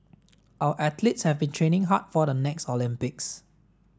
our athletes have been training hard for the next Olympics